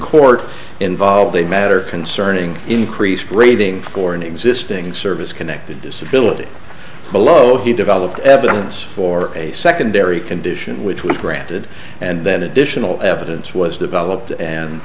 court involved a matter concerning increased rating for an existing service connected disability below he developed evidence for a secondary condition which was granted and then additional evidence was developed and